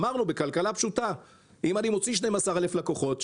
אמרנו בכלכלה פשוטה: אם אני מוציא 12,000 לקוחות,